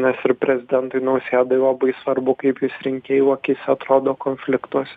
nes ir prezidentui nausėdai labai svarbu kaip jis rinkėjų akyse atrodo konfliktuos